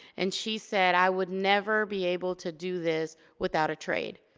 and she said, i would never be able to do this without a trade.